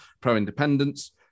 pro-independence